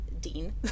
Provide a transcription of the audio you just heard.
Dean